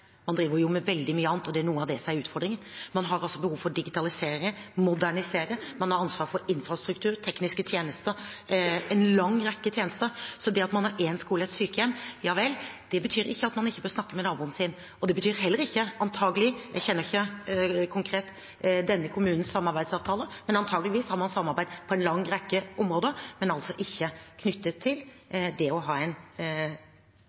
Man driver med veldig mye annet, og det er noe av det som er utfordringen. Man har behov for å digitalisere og modernisere, man har ansvar for infrastruktur, tekniske tjenester – en lang rekke tjenester. Så det at man har én skole og ett sykehjem, ja vel, det betyr ikke at man ikke bør snakke med naboen sin. Jeg kjenner ikke konkret denne kommunens samarbeidsavtale, men antakeligvis har man samarbeidet på en lang rekke områder, men altså ikke knyttet til det å ha en